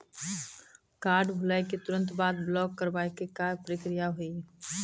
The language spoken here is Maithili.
कार्ड भुलाए के तुरंत बाद ब्लॉक करवाए के का प्रक्रिया हुई?